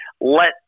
let